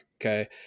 Okay